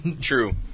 True